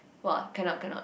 !wah! cannot cannot